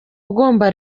ugomba